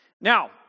Now